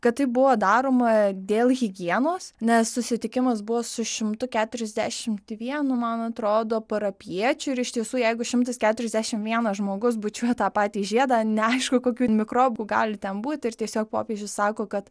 kad tai buvo daroma dėl higienos nes susitikimas buvo su šimtu keturiasdešimt vienu man atrodo parapijiečių ir iš tiesų jeigu šimtas keturiasdešimt vienas žmogus bučiuoja tą patį žiedą neaišku kokių mikrobų gali ten būti ir tiesiog popiežius sako kad